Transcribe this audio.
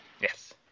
Yes